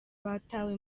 batawe